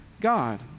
God